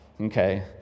okay